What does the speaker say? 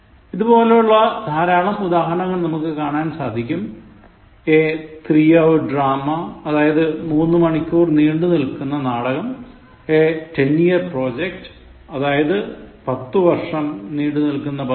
ഇതുപോലുള്ള ധാരാളം ഉദാഹരണങ്ങൾ നമുക്ക് കാണാൻ സാധിക്കും a three hour drama അതായത് മൂന്നു മണിക്കൂർ നീണ്ടു നിൽക്കുന്ന നാടകം a ten year project അതായത് പത്തു വർഷം നീണ്ടു നിൽക്കുന്ന പദ്ധതി